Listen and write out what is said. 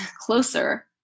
closer